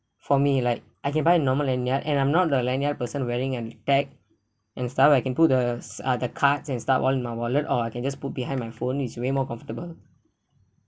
for me like I can buy a normal lanyard and I'm not a lanyard person wearing an tag and stuff I can put the uh the cards and stuff all in my wallet or I can just put behind my phone it's way more comfortable